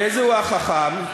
איזהו חכם,